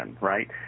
right